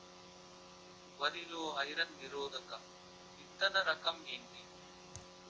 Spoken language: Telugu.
వరి లో ఐరన్ నిరోధక విత్తన రకం ఏంటి?